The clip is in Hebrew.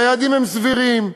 היעדים סבירים,